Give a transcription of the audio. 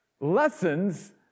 lessons